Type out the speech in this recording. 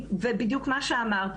ובדיוק מה שאמרת,